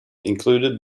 included